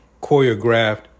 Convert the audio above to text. choreographed